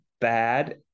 bad